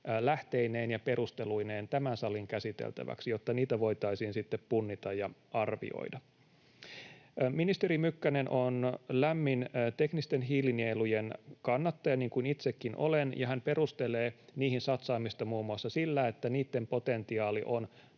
lähteineen ja perusteluineen tämän salin käsiteltäväksi, jotta niitä voitaisiin sitten punnita ja arvioida. Ministeri Mykkänen on teknisten hiilinielujen lämmin kannattaja, niin kuin itsekin olen, ja hän perustelee niihin satsaamista muun muassa sillä, että niitten potentiaali on